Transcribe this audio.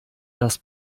das